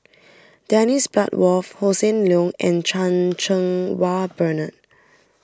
Dennis Bloodworth Hossan Leong and Chan Cheng Wah Bernard